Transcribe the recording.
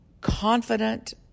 confident